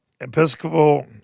Episcopal